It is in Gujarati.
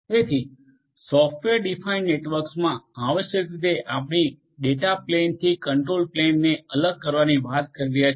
તેથી સોફ્ટવેર ડિફાઇન નેટવર્કમાં આવશ્યકરીતે આપણે ડેટા પ્લેનથી કંટ્રોલ પ્લેનને અલગ કરવાની વાત કરી રહ્યા છીએ